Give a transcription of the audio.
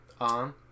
on